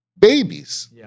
Babies